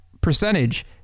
percentage